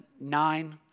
nine